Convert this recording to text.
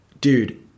dude